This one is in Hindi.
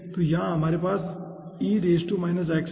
तो यहाँ हमारे पास है